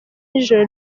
n’ijoro